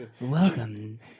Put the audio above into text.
Welcome